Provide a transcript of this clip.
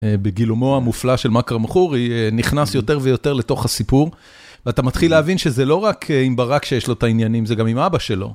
בגילומו המופלא של מכרם חורי, היא נכנס יותר ויותר לתוך הסיפור, ואתה מתחיל להבין שזה לא רק עם ברק שיש לו את העניינים, זה גם עם אבא שלו.